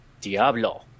Diablo